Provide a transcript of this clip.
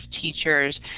teachers